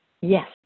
yes